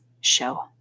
show